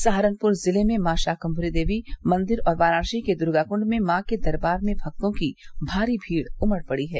सहारनपुर जिले के मॉ शाकुमरी देवी मंदिर और वाराणसी के दुर्गाकुण्ड में मॉ के दरवार में भक्तों की भारी भीड़ उमड़ पड़ी है